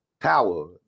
Power